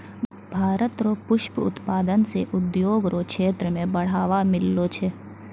भारत रो पुष्प उत्पादन से उद्योग रो क्षेत्र मे बढ़ावा मिललो छै